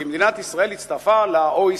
שמדינת ישראל הצטרפה ל-OECD,